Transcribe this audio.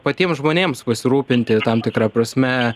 patiems žmonėms pasirūpinti tam tikra prasme